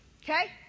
Okay